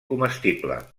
comestible